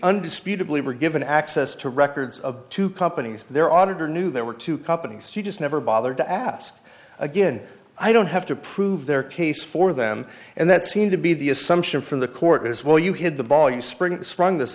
undisputedly were given access to records of two companies and their auditor knew there were two companies she just never bothered to ask again i don't have to prove their case for them and that seemed to be the assumption from the court as well you hid the ball you spring sprung